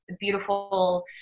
beautiful